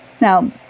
Now